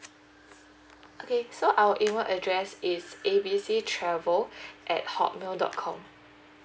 okay so our email address is A B C travel at hotmail dot com